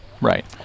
Right